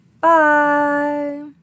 Bye